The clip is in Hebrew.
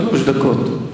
שלוש דקות.